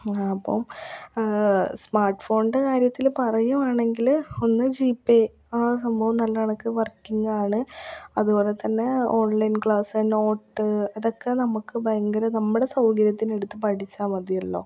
അപ്പം സ്മാർട്ട്ഫോണിൻ്റെ കാര്യത്തിൽ പറയുവാണെങ്കിൽ ഒന്ന് ജിപെ ആ സംഭവം നല്ല കണക്ക് വർക്കിംഗ് ആണ് അതുപോലെ തന്നെ ഓൺലൈൻ ക്ലാസ്സ് നോട്ട് അതൊക്കെ നമ്മൾക്ക് ഭയങ്കര നമ്മുടെ സൗകര്യത്തിന് എടുത്ത് പഠിച്ചാൽ മതിയല്ലോ